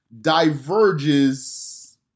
diverges